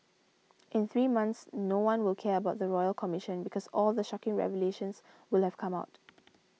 in three months no one will care about the Royal Commission because all the shocking revelations will have come out